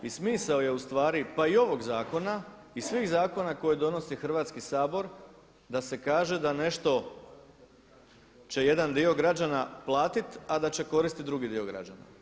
I smisao je ustvari pa i ovog zakona i svih zakona koji donosi Hrvatski sabor da se kaže da nešto će jedan dio građana platiti, a da će koristiti drugi dio građana.